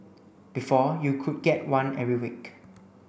before you could get one every week